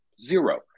Zero